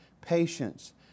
patience